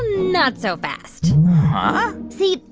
not so fast huh? see.